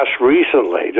recently